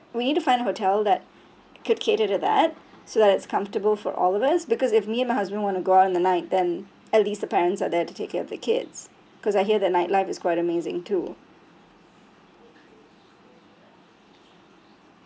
we need to find a hotel that could cater to that so that it's comfortable for all of us because if me and my husband want to go out in the night then at least the parents are there to take care of the kids cause I hear the night life is quite amazing too